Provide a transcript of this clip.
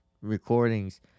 recordings